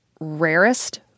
rarest